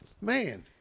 Man